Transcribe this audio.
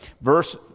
verse